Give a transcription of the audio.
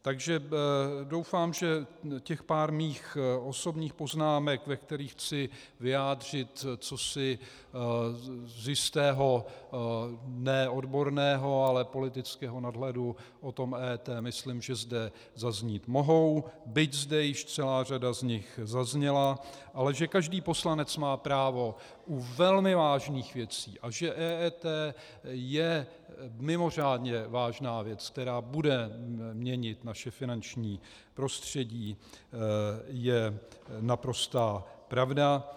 Takže doufám, že těch pár mých osobních poznámek, ve kterých chci vyjádřit cosi z jistého ne odborného, ale politického nadhledu o EET, myslím, že zde zaznít mohou, byť zde již celá řada z nich zazněla, ale že každý poslanec má právo u velmi vážných věcí, a že EET je mimořádně vážná věc, která bude měnit naše finanční prostředí, je naprostá pravda.